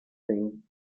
thing